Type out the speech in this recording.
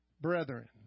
brethren